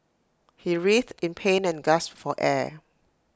he writhed in pain and gasped for air